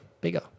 bigger